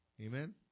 Amen